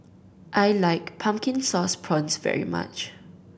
I like Pumpkin Sauce Prawns very much